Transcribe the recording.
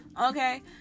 okay